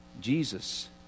Jesus